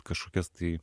kažkokias tai